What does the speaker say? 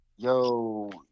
Yo